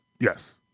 Yes